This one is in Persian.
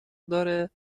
داره